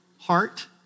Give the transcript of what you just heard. heart